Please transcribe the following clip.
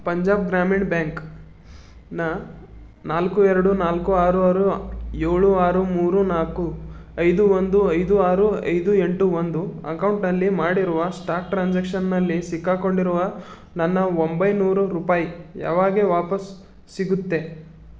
ಪಂಜಾಬ್ ಗ್ರಾಮೀಣ್ ಬ್ಯಾಂಕ್ನ ನಾಲ್ಕು ಎರಡು ನಾಲ್ಕು ಆರು ಆರು ಏಳು ಆರು ಮೂರು ನಾಲ್ಕು ಐದು ಒಂದು ಐದು ಆರು ಐದು ಎಂಟು ಒಂದು ಅಕೌಂಟ್ನಲ್ಲಿ ಮಾಡಿರುವ ಸ್ಟಾಕ್ ಟ್ರಾನ್ಸಾಕ್ಷನ್ನಲ್ಲಿ ಸಿಕ್ಕಾಕೊಂಡಿರುವ ನನ್ನ ಒಂಬೈನೂರು ರೂಪಾಯಿ ಯಾವಾಗ ವಾಪಸ್ ಸಿಗುತ್ತೆ